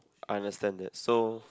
I understand that so